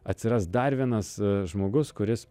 atsiras dar vienas žmogus kuris